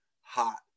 hot